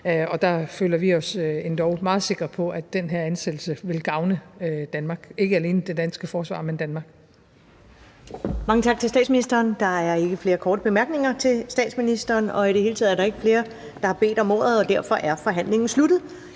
og der føler vi os endog meget sikre på, at den her ansættelse vil gavne Danmark, ikke alene det danske forsvar, men Danmark. Kl. 16:23 Første næstformand (Karen Ellemann): Mange tak til statsministeren. Der er ikke flere korte bemærkninger til statsministeren. I det hele taget er der ikke flere, har bedt om ordet, og derfor er forhandlingen sluttet.